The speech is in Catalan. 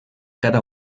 cada